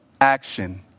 action